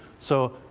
so,